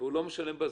הוא לא משלם בזמן,